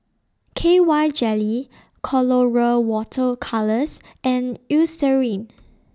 K Y Jelly Colora Water Colours and Eucerin